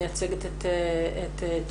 מייצגת את צ'ילה.